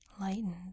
lightened